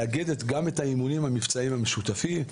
לאגד גם את האימונים המבצעיים המשותפים,